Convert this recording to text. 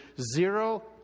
zero